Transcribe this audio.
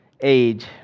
age